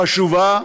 חשובה.